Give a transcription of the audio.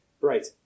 Right